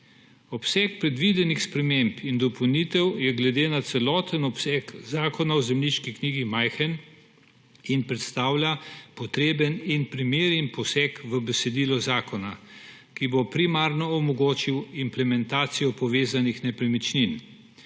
Obseg predvidenih sprememb in dopolnitev je glede na celoten obseg Zakona o zemljiški knjigi majhen in predstavlja potreben in primeren poseg v besedilo zakona, ki bo primarno omogočil implementacijo povezanih nepremičnin,